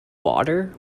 water